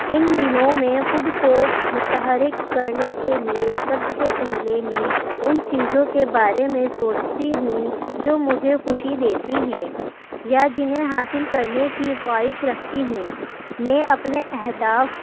ان دنوں میں خود کو متحرک کرنے کے لیے سب سے پہلے میں ان چیزوں کے بارے میں سوچتی ہوں جو مجھے خوشی دیتی ہیں یا جنہیں حاصل کرنے کی خواہش رکھتی ہوں میں اپنے اہداف